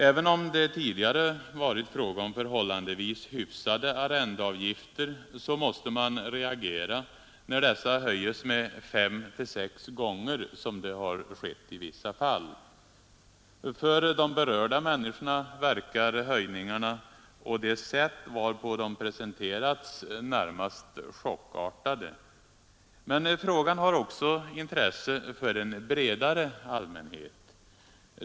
Även om det tidigare varit fråga om förhållandevis hyfsade arrendeavgifter så måste man reagera när dessa blir fem eller sex gånger så höga, vilket skett i vissa fall. För de berörda människorna är höjningarna och det sätt varpå de presenterats närmast chockartade. Men frågan har också intresse för en bredare allmänhet.